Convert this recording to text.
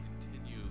continue